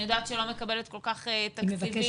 אני יודעת שהיא לא מקבלת כל כך תקציבים